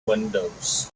windows